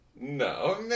No